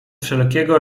wszelkiego